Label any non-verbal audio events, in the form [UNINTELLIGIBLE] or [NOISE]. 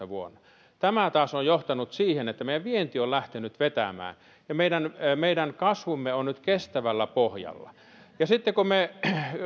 [UNINTELLIGIBLE] vuonna kaksituhattayhdeksäntoista tämä taas on johtanut siihen että meidän vienti on lähtenyt vetämään ja meidän meidän kasvumme on nyt kestävällä pohjalla sitten